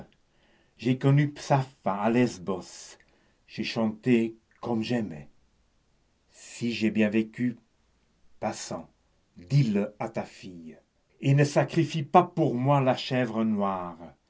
j'ai connu psappha à lesbos j'ai chanté comment j'aimais si j'ai bien vécu passant dis-le à ta fille et ne sacrifie pas pour moi la chèvre noire